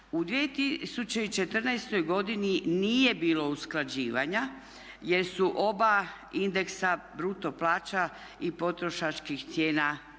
U 2014. godini nije bilo usklađivanja jer su oba indeksa bruto plaća i potrošačkih cijena bili